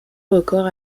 record